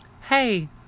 Hey